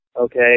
Okay